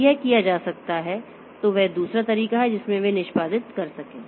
तो यह किया जा सकता है तो वह दूसरा तरीका है जिसमें वे निष्पादित कर सकें